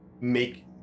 make